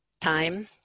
time